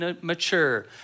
mature